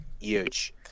huge